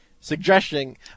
suggesting